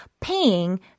paying